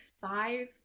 five